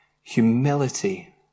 humility